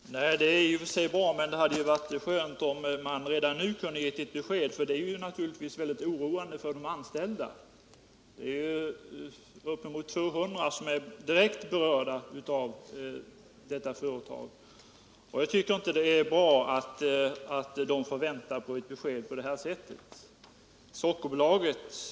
Den 17 juni 1978 skall det hållas en racertävling med båtar i skärgården i Roslagen med start och mål i Norrtälje. Från miljövårdshåll har planerna på en sådan tävling mött skarp kritik. Mitten av juni är absolut sämsta tid för en båttävling, hävdar de. Häckande sjöfågel — och fåglar som just fått sina kullar kläckta — störs av båtarna och av åskådarna. En rad myndigheter har därför avrått från att ordna tävlingen vid denna tidpunkt, bl.a. naturvårdsverket och regionplanekontoret.